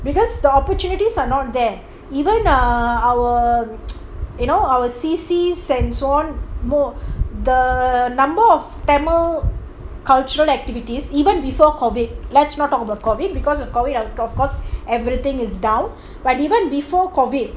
because the opportunities are not there even ah our you know our C_C samson the number of tamil cultural activities even before COVID let's not talk about COVID because of COVID of course everything is down but even before COVID